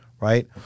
Right